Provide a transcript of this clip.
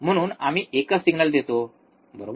म्हणून आम्ही एकच सिग्नल देतो बरोबर